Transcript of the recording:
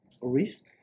risk